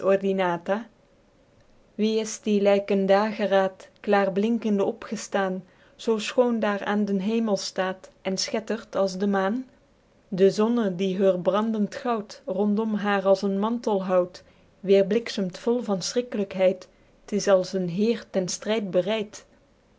wie is t die lyk een dageraed klaerblinkende opgestaen zoo schoon daer aen den hemel staet en schettert als de maen de zonne die heur brandend goud rondom haer als een mantel houdt weêrbliksemt vol van schriklykheid t is als een heir ten stryd bereid